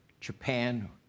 Japan